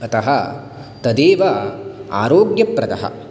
अतः तदेव आरोग्यप्रदः